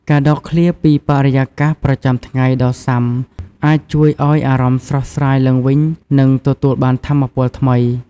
ការដកឃ្លាពីបរិយាកាសប្រចាំថ្ងៃដ៏ស៊ាំអាចជួយឲ្យអារម្មណ៍ស្រស់ស្រាយឡើងវិញនិងទទួលបានថាមពលថ្មី។